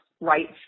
rights